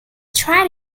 try